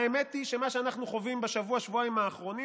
האמת היא שמה שאנחנו חווים בשבוע-שבועיים האחרונים